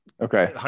Okay